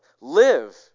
Live